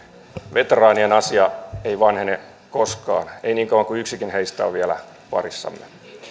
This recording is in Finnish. veteraanien asia ei vanhene koskaan ei niin kauan kuin yksikin heistä on vielä parissamme